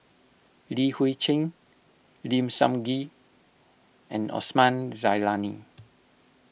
Li Hui Cheng Lim Sun Gee and Osman Zailani